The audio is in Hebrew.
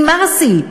עם מרסי,